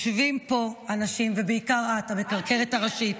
אל תבני על זה.